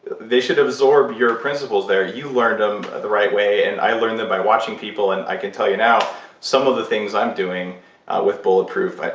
they should absorb your principles there. you learned them the right way, and i learned them by watching people, and i can tell you now, some of the things i'm doing with bulletproof,